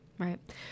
Right